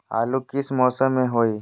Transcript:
आलू किस मौसम में होई?